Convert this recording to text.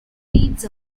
feeds